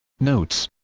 notes